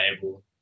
table